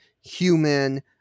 human